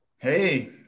Hey